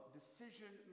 decision